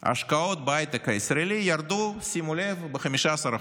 ההשקעות בהייטק הישראלי ירדו, שימו לב, ב-15%,